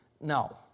No